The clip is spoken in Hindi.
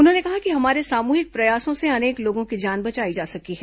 उन्होंने कहा कि हमारे सामूहिक प्रयासों से अनेक लोगों की जान बचाई जा सकी है